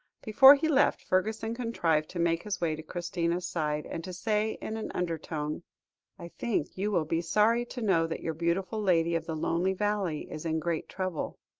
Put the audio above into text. before he left, fergusson contrived to make his way to christina's side, and to say in an undertone i think you will be sorry to know that your beautiful lady of the lonely valley is in great trouble.